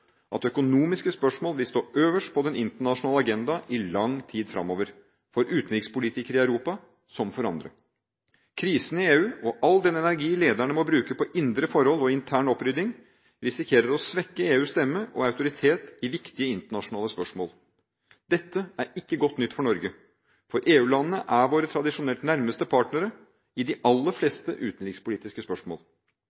at økonomiske spørsmål vil stå øverst på den internasjonale agendaen i lang tid fremover – for utenrikspolitikere i Europa som for andre. Krisen i EU, og all den energi lederne må bruke på indre forhold og intern opprydding, risikerer å svekke EUs stemme og autoritet i viktige internasjonale spørsmål. Dette er ikke godt nytt for Norge, for EU-landene er våre tradisjonelt nærmeste partnere i de aller